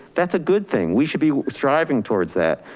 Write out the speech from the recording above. that's a good thing, we should be striving towards that.